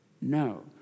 No